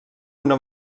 una